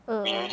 mm